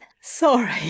Sorry